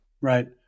Right